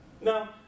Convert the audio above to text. now